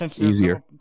Easier